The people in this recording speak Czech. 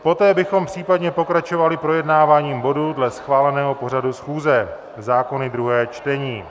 Poté bychom případně pokračovali projednáváním bodů dle schváleného pořadu schůze, zákony ve druhém čtení.